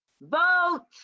vote